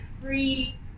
free